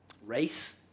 race